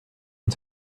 and